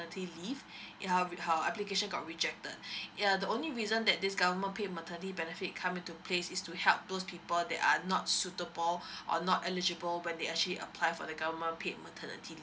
leave her with her application got rejected err the only reason that this government pay maternity benefit come into place is to help those people that are not suitable or not eligible when they actually apply for the government paid maternity